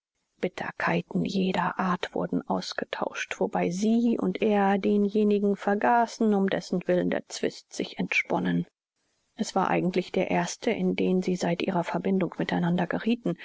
bitterkeiten jeder art wurden ausgetauscht wobei sie und er denjenigen vergaßen um dessenwillen der zwist sich entsponnen es war eigentlich der erste in den sie seit ihrer verbindung miteinander geriethen